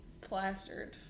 plastered